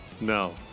No